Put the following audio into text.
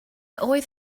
always